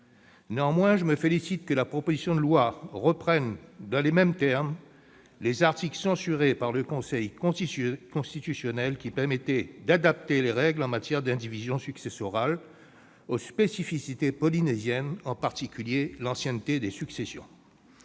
Néanmoins, je me félicite que la proposition de loi reprenne, dans les mêmes termes, les articles censurés par le Conseil constitutionnel qui permettaient d'adapter les règles en matière d'indivisions successorales aux spécificités polynésiennes, en particulier l'ancienneté des successions.